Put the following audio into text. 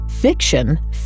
Fiction